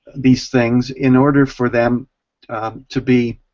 these things in order for them to be